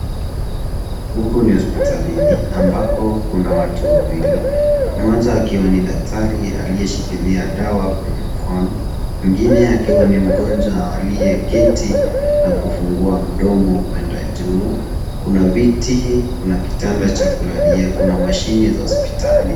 Huku ni hospitalini ambapo kuna watu wawili mmoja akiwa ni daktari aliyeshikilia dawa kwenye mkono, mwingine akiwa ni mgonjwa aliye keti na kufungua mdomo kuenda juu, kuna viti kuna vitanda cha kulalia kuna mashine za hospitali.